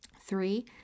Three